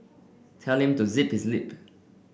tell to zip his lip